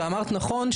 ואמרת נכון,